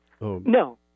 No